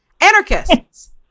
Anarchists